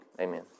Amen